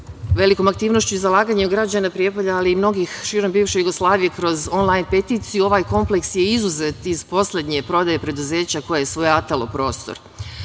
Velikom aktivnošću i zalaganju građana Prijepolja, ali i mnogih širom bivše Jugoslavije, kroz onlajn peticiju, ovaj kompleks je izuzet iz poslednje prodaje preduzeća koje je svojatalo prostor.